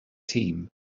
team